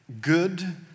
good